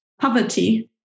poverty